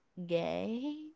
gay